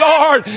Lord